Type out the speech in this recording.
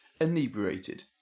inebriated